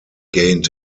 gained